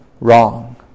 wrong